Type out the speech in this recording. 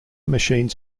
machines